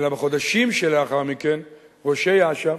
אלא בחודשים שלאחר מכן ראשי אש"ף,